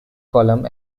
column